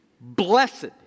blessed